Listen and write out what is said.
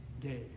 day